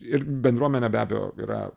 ir bendruomenė be abejo yra